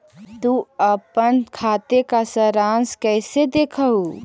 तु अपन खाते का सारांश कैइसे देखअ हू